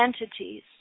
entities